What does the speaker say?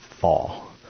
fall